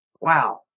Wow